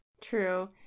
True